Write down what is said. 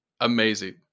amazing